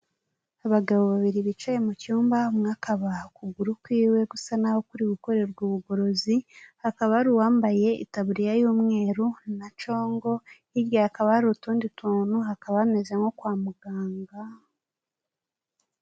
Abagabo babiri bicaye mu cyumba umwe akabaha ukuguru kwiwe gusa naho kuri gukorerwa ubugorozi hakaba hari uwambaye itaburiya y'umweru na congo, hirya hakaba hari utundi tuntu hakaba bameze nko kwa muganga.